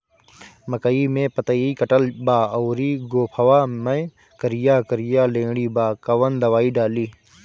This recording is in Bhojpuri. मकई में पतयी कटल बा अउरी गोफवा मैं करिया करिया लेढ़ी बा कवन दवाई डाली?